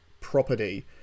property